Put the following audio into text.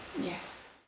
Yes